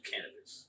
Cannabis